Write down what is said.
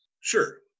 Sure